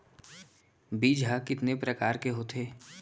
बीज ह कितने प्रकार के होथे?